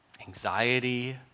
anxiety